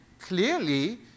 clearly